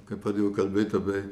kai pradėjau kalbėt apie